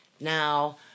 Now